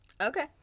Okay